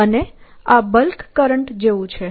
અને આ bulk current જેવું છે